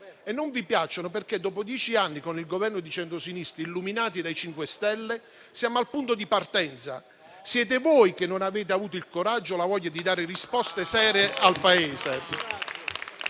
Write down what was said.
e non vi piacciono perché dopo dieci anni con il Governo di centrosinistra, illuminati dal MoVimento 5 Stelle, siamo al punto di partenza. Siete voi che non avete avuto il coraggio e la voglia di dare risposte serie al Paese.